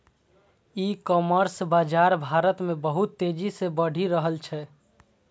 ई commerce बाजार भारत मे बहुत तेजी से बढ़ि रहल छै